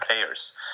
players